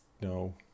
No